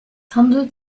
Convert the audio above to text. handelt